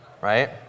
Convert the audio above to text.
Right